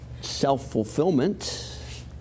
self-fulfillment